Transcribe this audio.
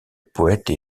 poète